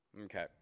Okay